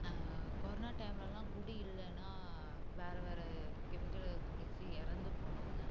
corona டைம்ல எல்லாம் குடி இல்லைன்னா வேறு வேறு கெமிக்கலை குடிச்சி இறந்து போனவங்க